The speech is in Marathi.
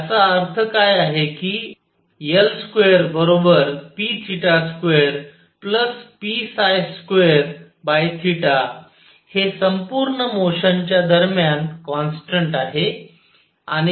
तर याचा अर्थ काय आहे कि L2p2p2 हे संपूर्ण मोशन च्या दरम्यान कॉन्स्टन्ट आहे